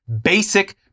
basic